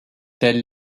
tels